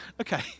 okay